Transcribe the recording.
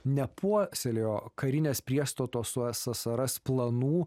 nepuoselėjo karinės priestato su es s s ras planų